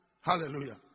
hallelujah